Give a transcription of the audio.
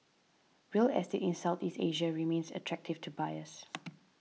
real estate in Southeast Asia remains attractive to buyers